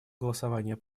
голосования